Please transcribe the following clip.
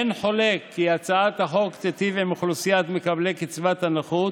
אין חולק כי הצעת החוק תיטיב עם אוכלוסיית מקבלי קצבת הנכות,